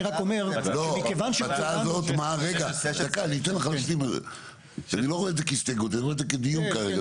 אני לא רואה את זה כהסתייגות אלא כדיון.